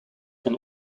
can